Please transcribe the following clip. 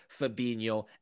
Fabinho